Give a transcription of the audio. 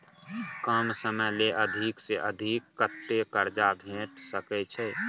कम समय ले अधिक से अधिक कत्ते कर्जा भेट सकै छै?